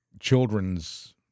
children's